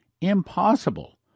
Impossible